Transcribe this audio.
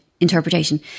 interpretation